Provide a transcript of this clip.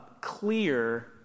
clear